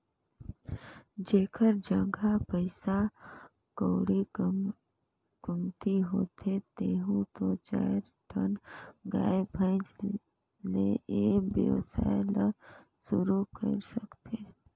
जेखर जघा पइसा कउड़ी कमती होथे तेहर दू चायर ठन गाय, भइसी ले ए वेवसाय ल सुरु कईर सकथे